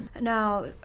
Now